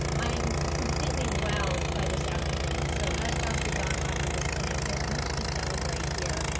i am completely wowed by this afternoon. so, as dr. don rocker was saying there's much to celebrate here.